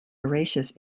voracious